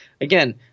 again